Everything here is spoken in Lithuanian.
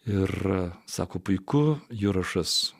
ir sako puiku jurašas